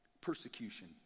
persecution